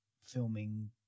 filming